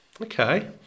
okay